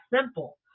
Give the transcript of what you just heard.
simple